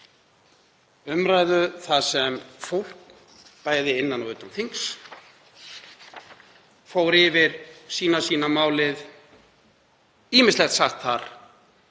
umræðu þar sem fólk, bæði innan og utan þings, fór yfir sína sýn á málið. Ýmislegt var sagt þar